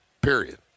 period